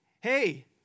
hey